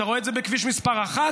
אתה רואה את זה בכביש מספר 1,